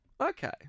Okay